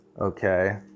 Okay